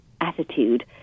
attitude